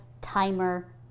timer